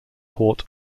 port